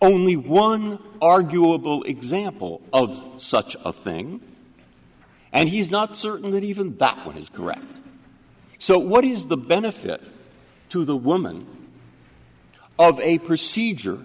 only one arguable example of such a thing and he's not certain that even that one is correct so what is the benefit to the woman of a procedure